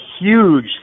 huge